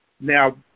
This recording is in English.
Now